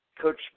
Coach